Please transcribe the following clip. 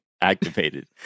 activated